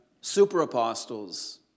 super-apostles